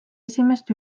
esimest